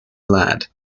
ladd